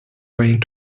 going